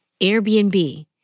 Airbnb